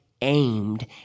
aimed